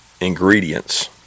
ingredients